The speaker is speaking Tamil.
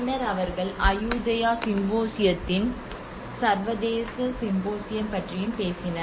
பின்னர் அவர்கள் அயுதயா சிம்போசியத்தின் சர்வதேச சிம்போசியம் பற்றியும் பேசினர்